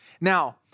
Now